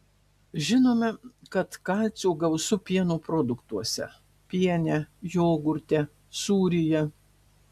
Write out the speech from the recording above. žinome kad kalcio gausu pieno produktuose piene jogurte sūryje